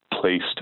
placed